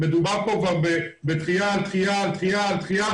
מדובר פה כבר בדחייה על דחייה על דחייה,